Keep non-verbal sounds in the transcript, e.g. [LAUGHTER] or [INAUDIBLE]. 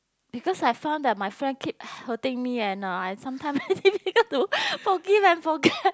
because I found that my friend keep hurting me and uh I sometime [LAUGHS] very difficult to forgive and forget [LAUGHS]